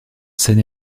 seine